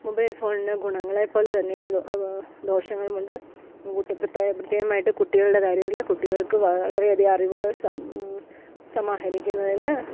mobile ഫോണിന് ഗുണങ്ങളെപ്പോലെ തന്നെ ദോ അപാ ദോഷങ്ങളുമുണ്ട് കുട്ടി പ്രത്ത പ്രത്യേകമായിട്ടും കുട്ടികളുടെ കാര്യത്തിൽ കുട്ടികൾക്ക് വളരെയധികം അറിവുകൾ സം സമാഹരിക്കുന്നതിന്